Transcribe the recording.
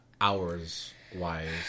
hours-wise